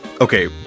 Okay